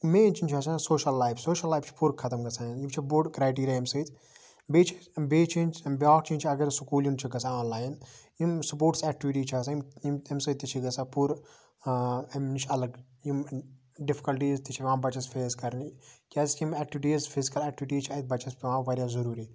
main چیٖز چھُ آسان سوشَل لایف سوشَل لایف چھِ پوٗرٕ ختم گَژھان یہِ چھُ بوٚڑ کرایٹیٖریا امہِ سۭتۍ بیٚیہِ چھِ أسۍ بیٚیہِ چینج چھ بیاکھ چینج چھِ اگر سُکولِنٛگ چھِ گَژھان آن لاین یِم سپوٹس ایٚکٹِوِٹیٖز چھِ آسان یِم امہِ سۭتۍ تہِ چھِ گَژھان پوٗرٕ امہِ نِش اَلَگ یِم ڈِفکَلٹیٖز تہِ چھِ یِوان بَچَس فیس کَرنہِ کیازکہِ یِم ایٚکٹِوِٹیٖز فِزکَل ایٚکٹِوِٹیٖز چھِ اَتہِ بَچَس پیٚوان واریاہ ضوٚروٗری